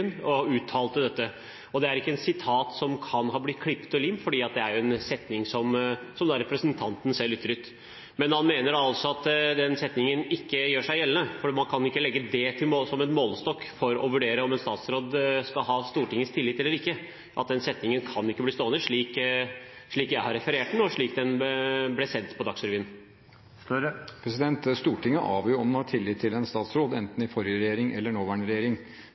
og uttalte dette. Det er ikke et sitat som kan ha blitt klippet og limt, for det er en setning som representanten selv ytret. Men han mener da altså at den setningen ikke kan gjøres gjeldende, at man ikke kan ha det som målestokk for vurdering av om en statsråd skal ha Stortingets tillit eller ikke – at den setningen ikke kan bli stående slik jeg har referert den, og slik den ble sendt på Dagsrevyen? Stortinget avgjør om man har tillit til en statsråd, enten det er i forrige regjering eller i nåværende regjering.